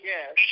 Yes